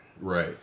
right